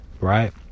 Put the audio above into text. Right